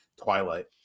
Twilight